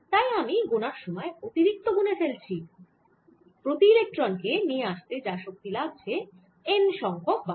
তাই আমি গোনার সময় অতিরিক্ত গুনে ফেলছি প্রতি ইলেক্ট্রন কে নিয়ে আসতে যা শক্তি লাগছে N সংখ্যক বার